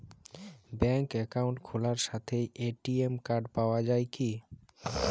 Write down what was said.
ব্যাঙ্কে অ্যাকাউন্ট খোলার সাথেই এ.টি.এম কার্ড পাওয়া যায় কি?